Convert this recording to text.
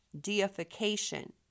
deification